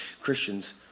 Christians